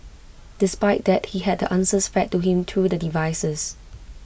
despite that he had the answers fed to him through the devices